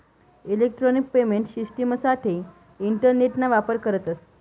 electronic payment शिश्टिमसाठे इंटरनेटना वापर करतस